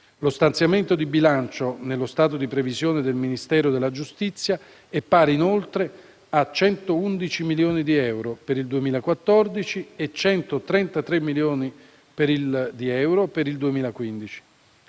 Lo stanziamento di bilancio nello stato di previsione del Ministero della giustizia è pari, inoltre, a 111 milioni di euro per il 2014 e a 133 milioni di euro per il 2015.